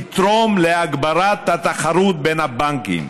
יתרום להגברת התחרות בין הבנקים.